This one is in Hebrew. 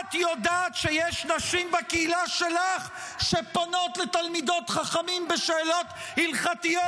את יודעת שיש נשים בקהילה שלך שפונות לתלמידות חכמים בשאלות הלכתיות